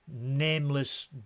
nameless